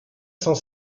cent